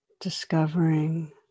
Discovering